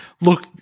Look